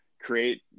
create